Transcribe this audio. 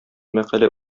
мәкалә